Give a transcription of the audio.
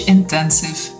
Intensive